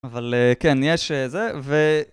אבל כן, יש זה, ו...